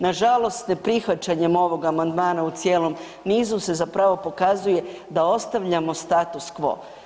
Nažalost, ne prihvaćanjem ovog amandmana u cijelom nizu se zapravo pokazuje da ostavljamo status quo.